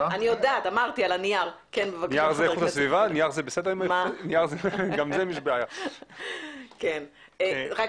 OECD. אני פונה